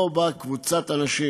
פה באה קבוצת נשים